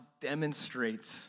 demonstrates